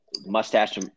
mustache